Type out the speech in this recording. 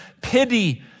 pity